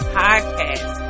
podcast